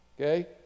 okay